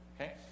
okay